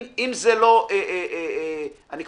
זה